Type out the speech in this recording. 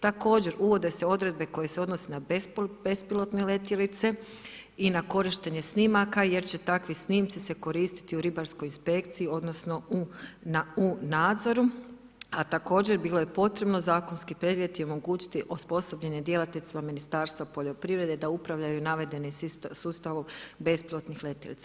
Također, uvode se odredbe koje se odnose na bespilotne letjelice i na korištenje snimaka jer će takvi snimci se koristiti u ribarskoj inspekciji odnosno na u nadzoru, a također bilo je potrebno zakonski predvidjeti i omogućiti osposobljenim djelatnicima Ministarstva poljoprivrede da upravljaju navedenim sustavom bespilotnih letjelica.